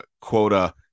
quota